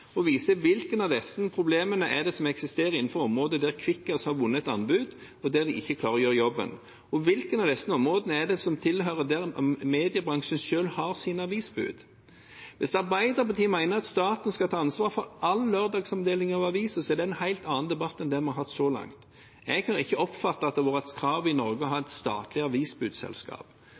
av disse problemene er det som eksisterer innenfor området der Kvikkas har vunnet et anbud, og der de ikke klarer å gjøre jobben, og hvilke av disse områdene er det som hører til der mediebransjen selv har sine avisbud? Hvis Arbeiderpartiet mener at staten skal ta ansvar for all lørdagsomdeling av aviser, er det en helt annen debatt enn det vi har hatt så langt. Jeg har ikke oppfattet at det har vært et krav i Norge å ha et statlig avisbudselskap,